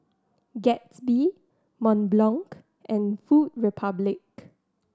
Gatsby Mont Blanc and Food Republic